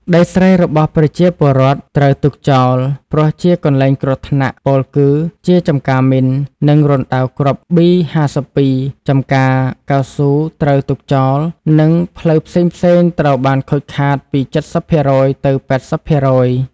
ដីស្រែរបស់ប្រជាពលរដ្ឋ ត្រូវទុកចោល ព្រោះជាកន្លែងគ្រោះថ្នាក់ ពោលគឺជាចម្ការមីន និងរណ្តៅគ្រាប់បី៥២ ចម្ការកៅស៊ូត្រូវទុកចោល និងផ្លូវផ្សេងៗត្រូវបានខូតខាតពី៧០ភាគរយ ទៅ៨០ភាគរយ។